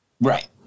Right